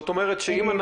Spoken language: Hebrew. אז אני יכול